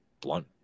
blunt